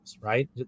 right